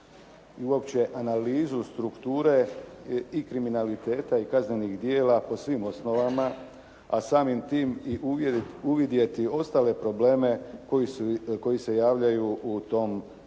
Uopće analizu strukture i kriminaliteta i kaznenih djela po svim osnovama a samim tim i uvidjeti ostale probleme koji se javljaju u tom